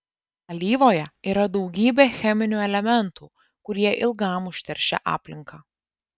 alyvoje yra daugybė cheminių elementų kurie ilgam užteršia aplinką